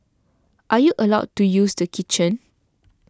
are you allowed to use the kitchen